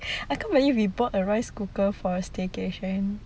I can't really we bought a rice cooker for a staycation